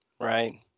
Right